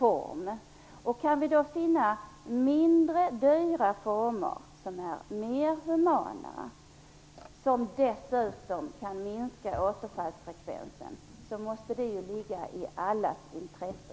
Om vi kan finna mindre dyra former som är mer humana och som dessutom kan minska återfallsfrekvensen, måste det ligga i allas intresse.